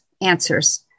answers